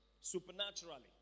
supernaturally